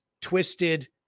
twisted